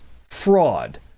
fraud